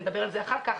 נדבר על זה אחר כך,